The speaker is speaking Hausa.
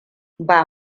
ba